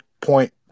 point